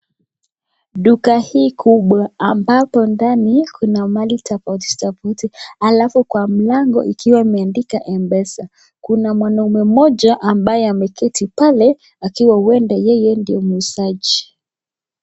Duka hii kubwa, ambapo ndani kuna mali tofauti tofauti, alafu kwa mlango, ikiwa imeandika Mpesa, kuna mwanaume mmoja, ambaye ameketi pale, akiwa huenda yeye ndio muusaji.